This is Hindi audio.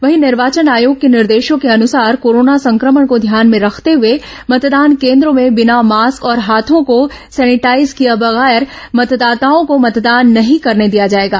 वहीं निर्वाचन आयोग के निर्देशों के अनुसार कोरोना संक्रमण को ध्यान में रखते हुए मतदान केन्द्रो में बिना मास्क और हाथों को सैनिटाईज किए बगैर मतदाताओं को मतदान नहीं करने दिया जाएगा